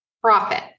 Profit